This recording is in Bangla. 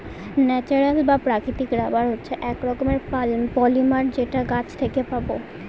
ন্যাচারাল বা প্রাকৃতিক রাবার হচ্ছে এক রকমের পলিমার যেটা গাছ থেকে পাবো